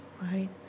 right